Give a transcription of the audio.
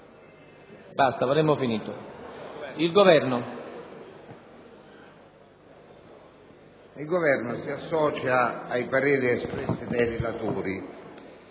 Il Governo si associa ai pareri espressi dal relatore